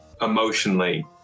emotionally